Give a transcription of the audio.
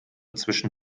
zwischen